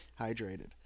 Hydrated